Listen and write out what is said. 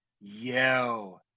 yo